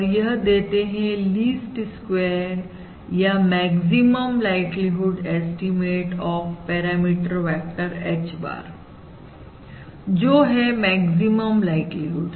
और यह देते हैं लीस्ट स्क्वेयर या maximum likelihood estimate of parameter vector H bar जो है मैक्सिमम लाइक्लीहुड